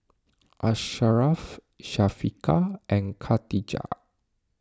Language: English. Asharaff Syafiqah and Khatijah